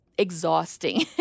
exhausting